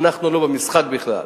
אנחנו לא במשחק בכלל.